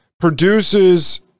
produces